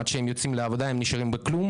עד שהם יוצאים לעבודה הם נשארים בלי כלום